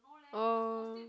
oh